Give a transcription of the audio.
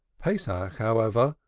pesach, however,